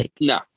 No